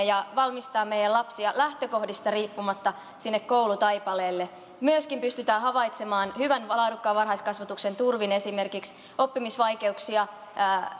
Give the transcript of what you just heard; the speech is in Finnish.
ja valmistaa meidän lapsia lähtökohdista riippumatta sinne koulutaipaleelle myöskin pystytään havaitsemaan hyvän varhaiskasvatuksen turvin esimerkiksi oppimisvaikeuksia